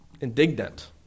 indignant